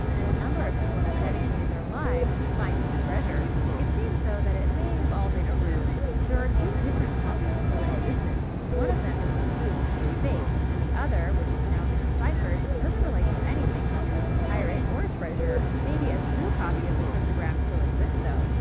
and a number of people have dedicated their lives to finding the treasure. it seems, though, that it may have all been a ruse. there are two different copies still in existence. one of them has been proved to be a fake, and the other, which has now been deciphered, doesn't relate to anything to do with the pirate or treasure. maybe a true copy of the cryptogram still exists, though,